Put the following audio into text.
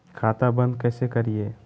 खाता बंद कैसे करिए?